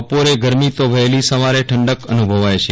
બપોરે ગરમી તો વહેલી સવારે ઠંડક અનુભવાય છે